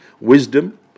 wisdom